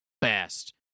best